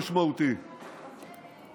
חבר הכנסת טופורובסקי, קריאה ראשונה.